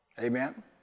Amen